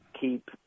keep